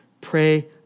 Pray